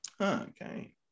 Okay